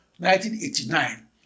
1989